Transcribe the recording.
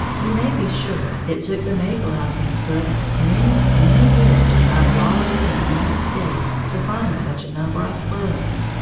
you may be sure it took the maker of these books many, many years to travel all over the united states to find such a number of birds.